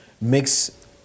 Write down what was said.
makes